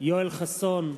יואל חסון,